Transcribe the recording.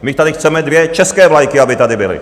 My tady chceme dvě české vlajky, aby tady byly.